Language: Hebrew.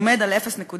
עומד על 0.4%,